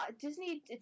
Disney